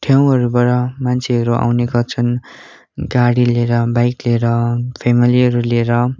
ठाउँहरूबाट मान्छेहरू आउने गर्छन् गाडी लिएर बाइक लिएर फेमेलीहरू लिएर